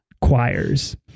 choirs